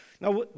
Now